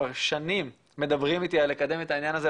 כבר שנים מדברים איתי על לקדם את העניין הזה,